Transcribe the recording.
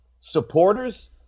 supporters